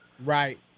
Right